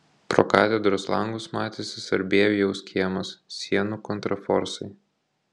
pro katedros langus matėsi sarbievijaus kiemas sienų kontraforsai